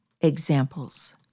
examples